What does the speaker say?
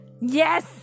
Yes